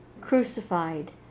crucified